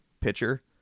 pitcher